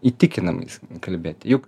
įtikinamai kalbėti juk